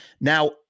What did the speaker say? now